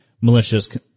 malicious